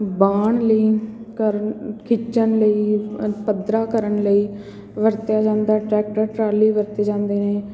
ਵਾਹਣ ਲਈ ਕਰਨ ਖਿੱਚਣ ਲਈ ਪੱਧਰਾ ਕਰਨ ਲਈ ਵਰਤਿਆ ਜਾਂਦਾ ਟਰੈਕਟਰ ਟਰਾਲੀ ਵਰਤੇ ਜਾਂਦੇ ਨੇ